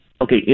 Okay